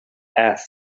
ask